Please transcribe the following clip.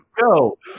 go